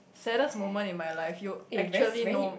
saddest moment in my life you actually know